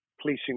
policing